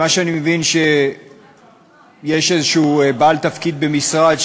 מה שאני מבין זה שיש איזה בעל תפקיד במשרד,